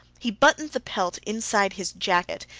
he buttoned the pelt inside his jacket,